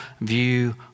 view